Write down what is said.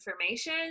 information